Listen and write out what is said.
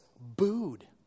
booed